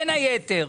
בין היתר,